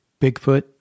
Bigfoot